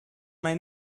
may